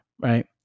right